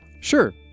Sure